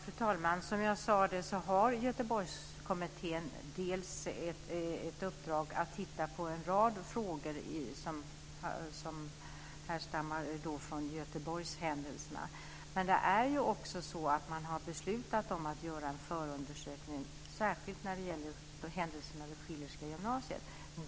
Fru talman! Som jag sade har Göteborgskommittén ett uppdrag att titta på en rad frågor som härstammar från Göteborgshändelserna. Men man har också beslutat om att göra en förundersökning särskilt när det gäller händelserna vid Schillerska gymnasiet.